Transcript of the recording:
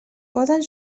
poden